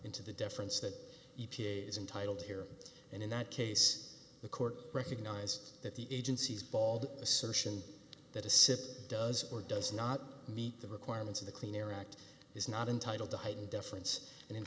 into the deference that e p a is entitled to here and in that case the court recognized that the agency's bald assertion that a sip does or does not meet the requirements of the clean air act is not entitled to heightened deference and in